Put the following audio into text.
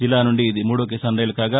జిల్లా నుంచి ఇది మూడో కిసాన్ రైలు కాగా